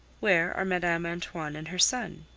where are madame antoine and her son?